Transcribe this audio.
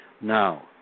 now